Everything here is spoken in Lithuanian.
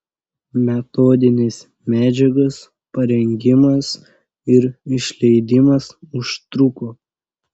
metodinės medžiagos parengimas ir išleidimas užtruko